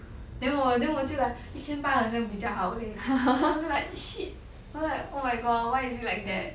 then 我 then 我就 like 一千八百块比较好 leh then 我就 like shit 我就 like oh my god why is like that